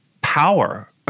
power